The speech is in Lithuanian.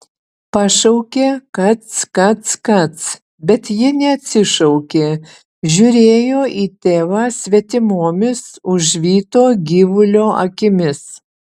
pašaukė kac kac kac bet ji neatsišaukė žiūrėjo į tėvą svetimomis užvyto gyvulio akimis